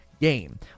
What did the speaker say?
game